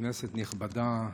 כנסת נכבדה,